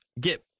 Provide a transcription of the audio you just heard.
get